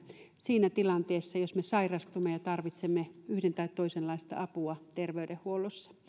siinä tilanteessa jos me sairastumme ja tarvitsemme yhden tai toisenlaista apua terveydenhuollossa